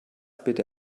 bitte